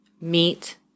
meet